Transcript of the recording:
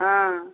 हॅं